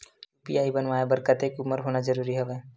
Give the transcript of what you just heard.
UPI बनवाय बर कतेक उमर होना जरूरी हवय?